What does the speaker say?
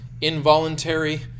involuntary